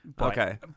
Okay